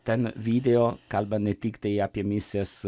ten video kalba ne tiktai apie misijas